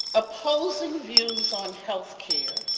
opposing views on health care,